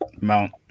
Mount